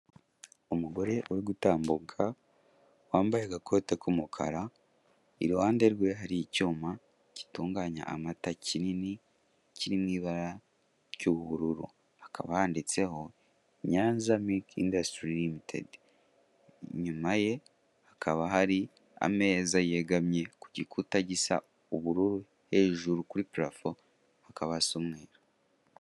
Umugore uri gutambuka wambaye agakote k' umukara iruhande rwe hari icyuma gitunganya amata kinini kiri mu ibara ry' ubururu, hakaba handitseho "Nyanza milk industry limited". Inyuma ye hakaba hari ameza yegamye ku gikuta gisa ubururu hejuri kuri purafo hakaba hasa umweru.